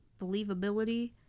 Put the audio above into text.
Believability